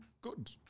good